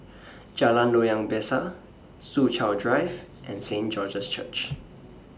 Jalan Loyang Besar Soo Chow Drive and Saint George's Church